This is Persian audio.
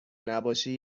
نباشی